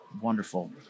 wonderful